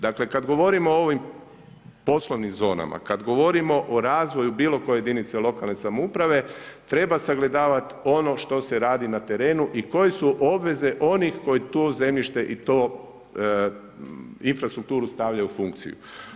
Dakle, kad govorimo o ovim poslovnim zonama, kad govorimo o razvoju bilo koje jedinice lokalne samouprave, treba sagledavati ono što se radi na terenu i koje su obveze onih koji tu zemljište i to infrastrukturu stavlja u funkciju.